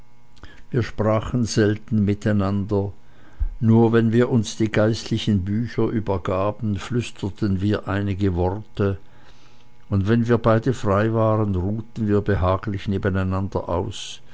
wir sprachen selten mit einander nur wenn wir uns die geistlichen bücher übergaben flüsterten wir einige worte oder wenn wir beide frei waren ruhten wir behaglich nebeneinander aus